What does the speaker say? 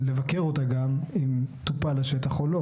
ולבקר אותה גם אם טופל השטח או לא.